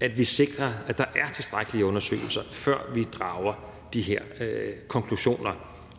at vi sikrer, at der er tilstrækkelige undersøgelser, før vi drager de her konklusioner,